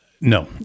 no